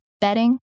bedding